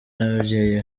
n’ababyeyi